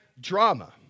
drama